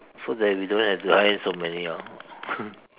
so that we don't have to iron so many ah